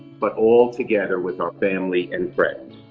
but all together with our family and friends.